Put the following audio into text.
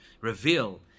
reveal